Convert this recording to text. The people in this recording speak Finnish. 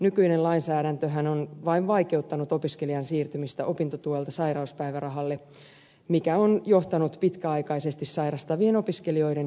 nykyinen lainsäädäntöhän on vain vaikeuttanut opiskelijan siirtymistä opintotuelta sairauspäivärahalle mikä on johtanut pitkäaikaisesti sairastavien opiskelijoiden toimeentulo ongelmiin